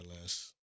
less